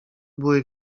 były